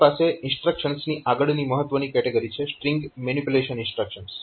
આપણી પાસે ઇન્સ્ટ્રક્શન્સની આગળની મહત્વની કેટેગરી છે સ્ટ્રીંગ મેનીપ્યુલેશન ઇન્સ્ટ્રક્શન્સ